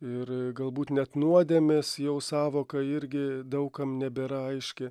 ir galbūt net nuodėmės jau sąvoka irgi daug kam nebėra aiški